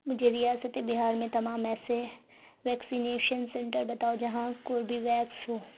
مجھے ریاستِ بہار میں تمام ایسے ویکسینیشن سنٹر بتاؤ جہاں کوربیویکس ہو